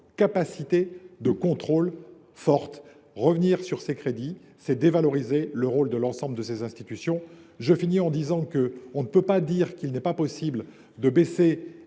capacité de contrôle. Revenir sur ces crédits, c’est dévaloriser le rôle de l’ensemble de ces institutions. Enfin, on ne peut pas dire qu’il n’est pas possible de baisser